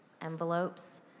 envelopes